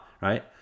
right